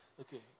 Okay